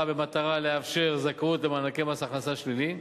במטרה לאפשר זכאות למענקי מס הכנסה שלילי,